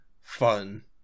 fun